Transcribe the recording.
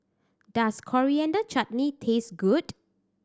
does Coriander Chutney taste good